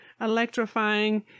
electrifying